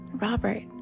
Robert